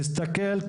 תסתכל,